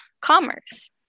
commerce